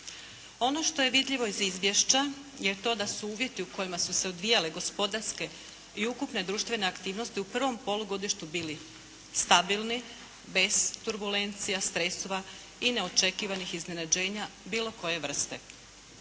Ono što je vidljivo iz izvješća je to da su uvjeti u kojima su se odvijale gospodarske i ukupne društvene aktivnosti u prvom polugodištu bili stabilni bez turbulencija, stresova i neočekivanih iznenađenja bilo koje vrste.